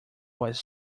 was